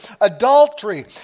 adultery